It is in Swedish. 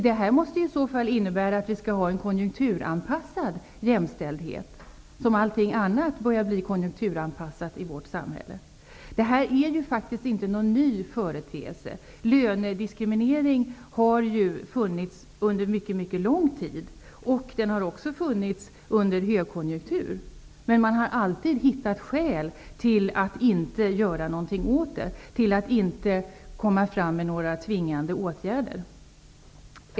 Det måste i så fall innebära att jämställdheten måste konjunkturanpassas -- som så mycket annat i vårt samhälle. Lönediskriminering är ingen ny företeelse. Den har funnits under mycket lång tid och den har också funnits under högkonjunktur. Men man har alltid funnit skäl att inte göra någonting åt den och att inte komma med några tvingande åtgärder.